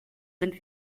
sind